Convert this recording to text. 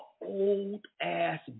old-ass